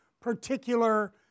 particular